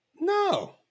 No